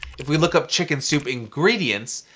if we look up chicken soup ingredients,